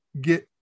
get